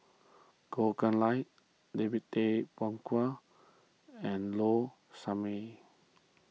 Goh Chiew Lye David Tay Poey Cher and Low Sanmay